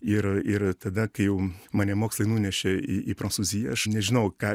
ir ir tada kai jau mane mokslai nunešė į į prancūziją aš nežinau ką